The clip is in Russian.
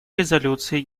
резолюции